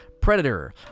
Predator